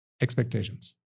Expectations